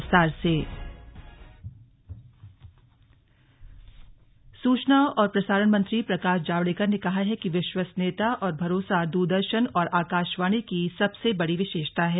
slug Prakash Javadekar सूचना और प्रसारण मंत्री प्रकाश जावडेकर ने कहा है कि विश्वसनीयता और भरोसा दूरदर्शन और आकाशवाणी की सबसे बड़ी विशेषता हैं